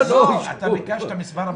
אתה ביקשת את מספר הבקשות שאושרו.